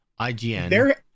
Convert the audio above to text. IGN